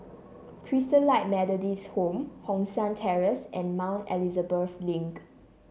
Christalite Methodist Home Hong San Terrace and Mount Elizabeth Link